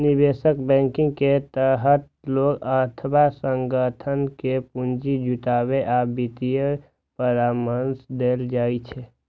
निवेश बैंकिंग के तहत लोग अथवा संगठन कें पूंजी जुटाबै आ वित्तीय परामर्श देल जाइ छै